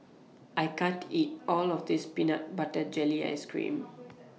I can't eat All of This Peanut Butter Jelly Ice Cream